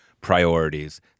priorities